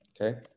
Okay